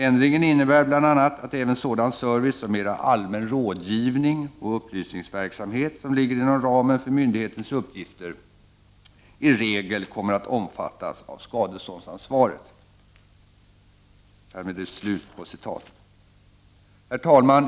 Ändringen innebär bl.a. att även sådan service som mera allmän rådgivning och upplysningsverksamhet som ligger inom ramen för myndighetens uppgifter i regel kommer att omfattas av skadeståndsansvaret.” Herr talman!